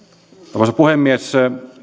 arvoisa puhemies